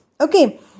Okay